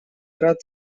рад